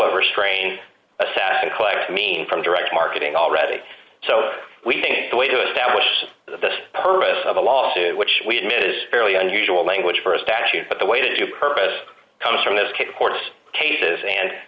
of restrain a nd class mean from direct marketing already so we think the way to establish the purpose of the lawsuit which we admit is fairly unusual language for a statute but the way to do purpose comes from this case of court cases and